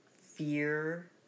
fear